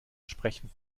sprechen